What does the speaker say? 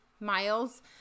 miles